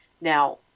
Now